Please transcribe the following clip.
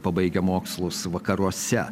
pabaigę mokslus vakaruose